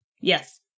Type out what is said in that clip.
Yes